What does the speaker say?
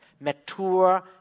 mature